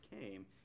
came